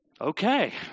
okay